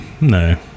No